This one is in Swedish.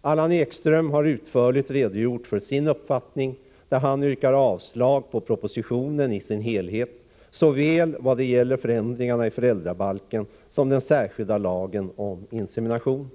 Allan Ekström har utförligt redogjort för sin uppfattning, och han yrkar avslag på propositionen i dess helhet, såväl när det gäller förändringarna i föräldrabalken som när det gäller den särskilda lagen om insemination.